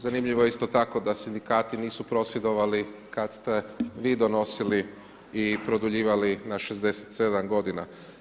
Zanimljivo je isto tako da sindikati nisu prosvjedovali kad ste vi donosili i produljivali na 67 godina.